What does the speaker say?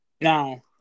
Now